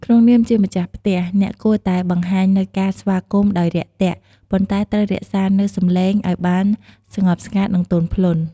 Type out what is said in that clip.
ក្នុងនាមជាម្ចាស់ផ្ទះ អ្នកគួរតែបង្ហាញនូវការស្វាគមន៍ដោយរាក់ទាក់ ប៉ុន្តែត្រូវរក្សានូវសំឡេងឲ្យបានស្ងប់ស្ងាត់ និងទន់ភ្លន់។